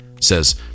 says